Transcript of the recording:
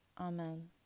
Amen